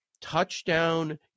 touchdown